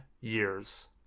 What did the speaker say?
years